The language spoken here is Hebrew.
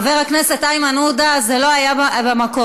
חבר הכנסת איימן עודה, זה לא היה במקום.